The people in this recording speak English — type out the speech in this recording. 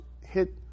hit